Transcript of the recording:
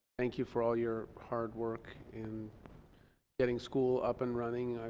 thank you for all your hard work in getting school up and running.